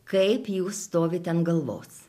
kaip jūs stovite ant galvos